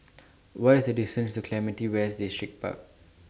What IS The distance to Clementi West Distripark